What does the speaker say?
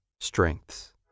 strengths